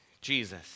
Jesus